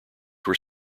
were